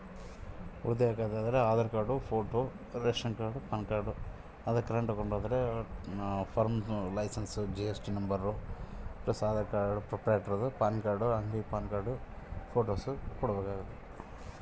Bank account open ಏನೇನು ದಾಖಲೆ ಕೊಡಬೇಕು?